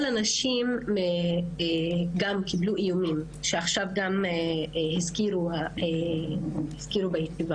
כל הנשים גם קיבלו איומים שעכשיו הזכירו בישיבה.